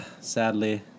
Sadly